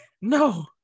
No